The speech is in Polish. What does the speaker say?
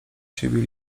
siebie